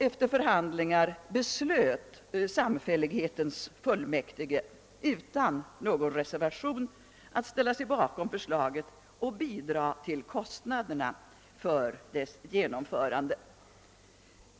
Efter förhandlingar beslöt samfällighetens fullmäktige utan någon reservation att ställa sig bakom förslaget och bidra till kostnaderna för dess genomförande.